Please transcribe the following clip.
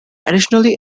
additionally